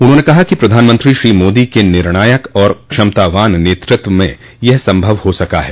उन्होंने कहा कि प्रधानमंत्री श्री मोदी के निर्णायक और क्षमतावान नेतृत्व में यह संभव हो सका है